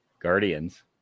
Guardians